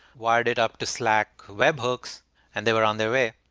wired it up to slack webhooks and they were on their way.